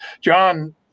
John